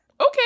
Okay